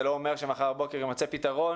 זה לא אומר שמחר בבוקר יימצא פתרון